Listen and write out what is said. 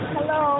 Hello